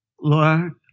Lord